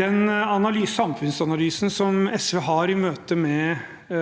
Den samfunnsanalysen som SV har i møte med